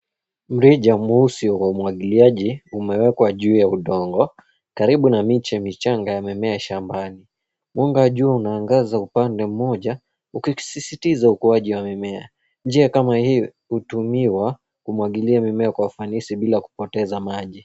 Mrija mweusi wa umwagiliaji umewekwa juu ya udongo, karibu na miche michanga yenye mimea ya shambani. Mwanga juu unaangaza upande mmoja ukisisitiza ukuaji wa mimea. Njia kama hii hutumiwa kumwagilia mimea kwa ufafanisi bila kupoteza maji.